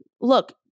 Look